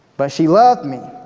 but she loved me,